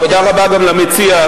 תודה רבה גם למציע, מר מאיר שטרית.